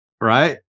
Right